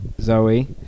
zoe